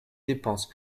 dépenses